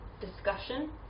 discussion